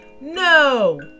No